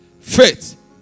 Faith